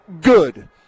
good